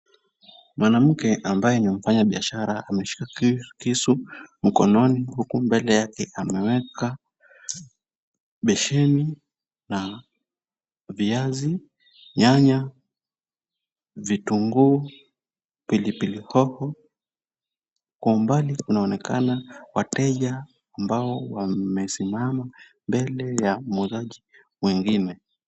Mwanamke ambaye ni mfanyabiashara ameshika kisu mkononi huku mbele yake ameweka besheni na viazi, nyanya, vitunguu, pilipili hoho. Kwa umbali kunaonekana wateja ambao wamesimama mbele ya muuzaji mwingine.